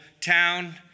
town